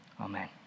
Amen